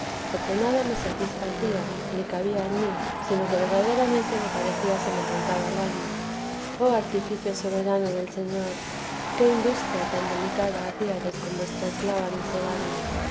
porque nada me satisfacía ni cabía en mí sino que verdaderamente me parecía se me arrancaba el alma oh artificio soberano del señor qué industria tan delicada hacíades con vuestra esclava miserable